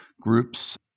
groups